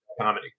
comedy